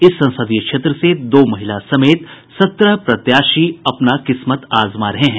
इस संसदीय क्षेत्र से दो महिला समेत सत्रह प्रत्याशी अपनी किस्मत आजमा रहे हैं